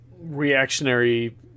reactionary